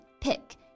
pick